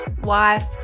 wife